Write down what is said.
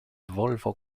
volvo